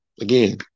Again